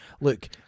look